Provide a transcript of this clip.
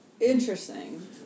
interesting